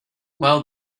well